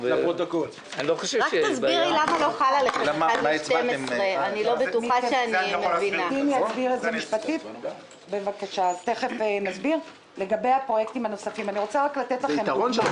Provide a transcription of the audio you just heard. רק תסבירי למה לא חל עליכם אחד חלקי 12. זה יתרון שלא